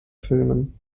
filmen